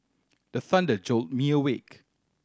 the thunder jolt me awake